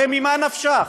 הרי ממה נפשך?